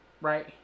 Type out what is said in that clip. right